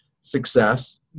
success